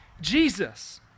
Jesus